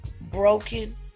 broken